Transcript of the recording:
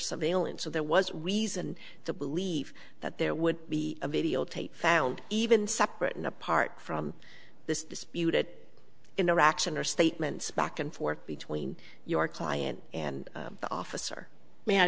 surveillance so there was reason to believe that there would be a videotape found even separate and apart from this disputed interaction or statements back and forth between your client and the officer